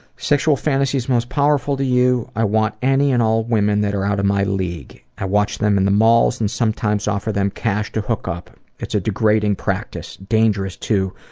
sexual fantasies most powerful to you, i want any and all women that are out of my league. i watch them in the malls and sometimes offer them cash to hook up. it's a degrading practice, dangerous too,